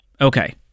Okay